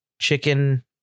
Chicken